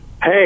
Hey